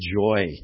joy